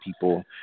people